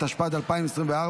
התשפ"ד 2024,